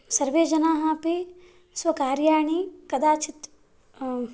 सर्वे जनाः अपि स्वकार्याणि कदाचित्